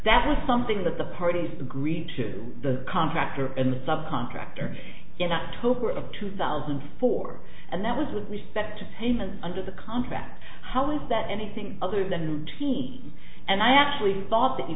that was something that the parties agreed to the contractor and subcontractor in october of two thousand and four and that was with respect and under the contract how is that anything other than t and i actually thought that you